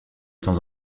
temps